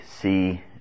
see